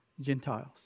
Gentiles